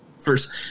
first